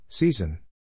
Season